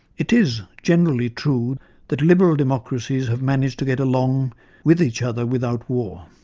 it is generally true that liberal democracies have managed to get along with each other without war.